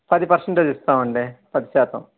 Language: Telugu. పది పర్సెంటేజ్ ఇస్తాం అండి పది శాతం